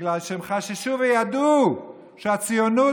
בגלל שהם חששו וידעו שהציונות,